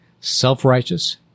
Self-righteous